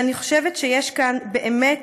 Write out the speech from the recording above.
אני חושבת שיש כאן באמת